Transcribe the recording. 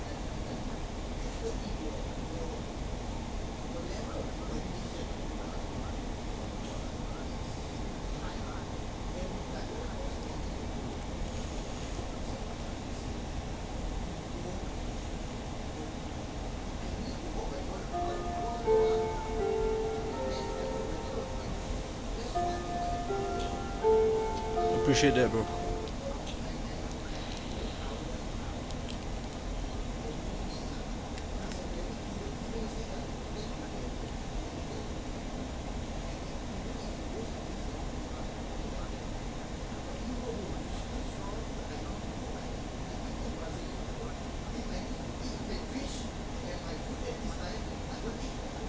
appreciate that bro